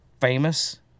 famous